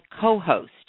co-host